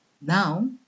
Now